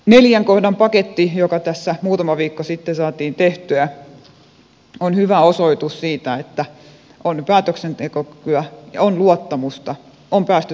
neljän kohdan paketti joka tässä muutama viikko sitten saatiin tehtyä on hyvä osoitus siitä että on päätöksentekokykyä ja on luottamusta on päästy takaisin sopimusyhteiskuntaan